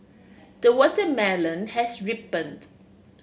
the watermelon has ripened